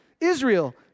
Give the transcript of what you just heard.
Israel